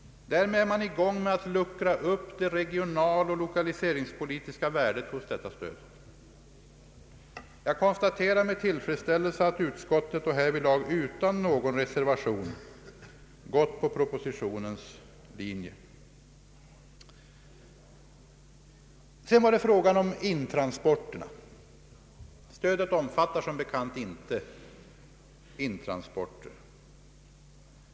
Därmed är man i gång med att luckra upp det regionaloch lokaliseringspolitiska värdet hos detta stöd. Jag konstaterar med tillfredsställelse att utskottet härvidlag utan någon reservation gått på propositionens linje. Sedan vill jag beröra frågan om intransporterna. Stödet omfattar som bekant inte intransporter.